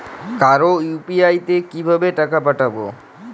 কারো ইউ.পি.আই তে কিভাবে টাকা পাঠাবো?